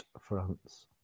France